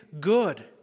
good